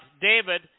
David